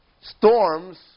storms